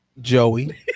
Joey